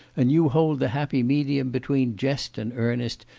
and you hold the happy medium between jest and earnest,